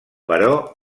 però